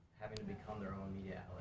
having to become their own media